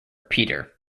peter